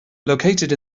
located